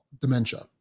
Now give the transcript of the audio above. Dementia